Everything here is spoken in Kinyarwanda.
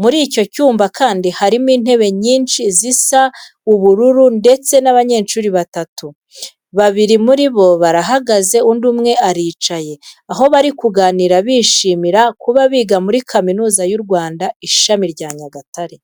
Muri icyo cyumba kandi harimo intebe nyinshi zisa ubururu ndetse n'abanyeshuri batatu. Babiri muri bo barahagaze undi umwe aricaye, aho bari kuganira bishimira kuba biga muri Kaminuza y'u Rwanda Ishami rya Nyagatare.